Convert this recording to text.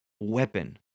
weapon